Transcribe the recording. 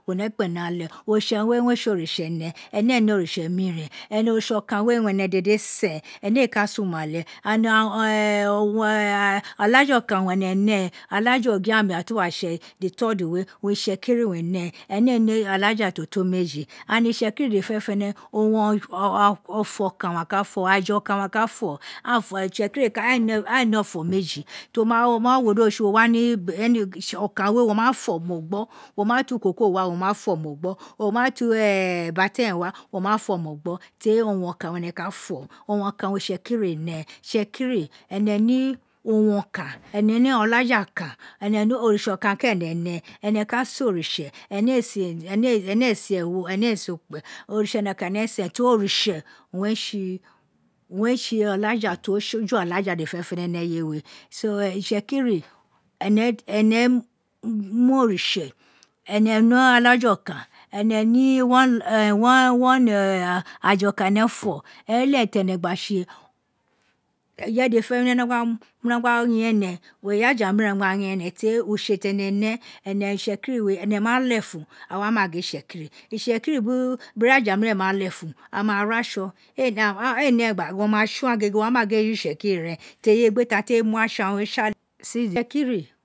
bẹ ni alẹ, oritse owun re tse oritse ẹnẹ ẹnẹ éé ne oritse miren ẹnẹ oritse ọkan we ownn ẹnẹ dede sẹn, ene éé ka sen umalẹ olaja ọkan owun ẹnẹ nẹẹ, olaja ogamẹ. Atuwatse the third ww owun itsekiri nẹ ẹnẹ éé nẹ alaja to to meji, and itsekiri dede fẹnẹfẹnẹ o owun ǫkan owun a ka fo aja ọkan wa ka gọ a fọ itsekiri éé nẹ ọfọ meji to ma wu ọkan we wo ma fǫ mọ gno, wo ma to ikoko wa woma do mo gbọ wo ma to batẹrun wa, wo ma fọ mo gbọ teri owun okan wẹnẹ ka fo owun okan wun itsekiri nẹ, itsekiri ẹnẹ ne oritse okan kẹrẹn ẹnẹ nẹ, ẹnẹ ka sen oritse ẹnẹ éé sen ewo, ẹnẹ éé sẹn okpe oritse nekan owun ẹnẹ sẹn ten oritse owun re tse own re tse olaja to fu olaja dede fẹnẹfẹnẹ ni eye we, so itsekiri ẹnẹ ẹnẹ moritse, ẹnẹ re alaja okan, ẹnẹ ni ene aja okan wẹnẹ fọ e lẹghẹ tẹnẹ gba tse, ireje dede fẹnẹfẹne wino gba yen ẹnẹ, iraja wirn nogba yen ẹnẹ teri utse tene rẹ ẹnẹ itsekiri a ẹnẹ ma lefun a wa ma gin itsekiri, itsekiri biri ira ajam má léfun aghan ma ro atsọn wo ma tsọn agigege wó wá ma gin eyi ren teri egbe taghan td mu aghan we tsi alẹ